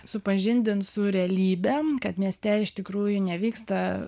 supažindint su realybe kad mieste iš tikrųjų nevyksta